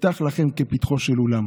אפתח לכם כפתחו של אולם.